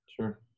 Sure